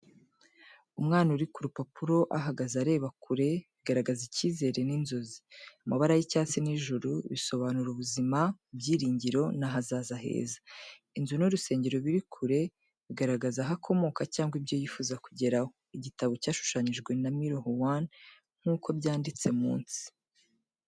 Umwana uri ku rupapuro ahagaze areba kure, bigaragaza icyizere n’inzozi. Amabara y’icyatsi n’ijuru bisobanura ubuzima, ibyiringiro, n’ahazaza heza. Inzu n’urusengero biri kure bigaragaza aho akomoka cyangwa ibyo yifuza kugeraho. Igitabo cyashushanyijwe na Milo Huan, nk’uko byanditse munsi.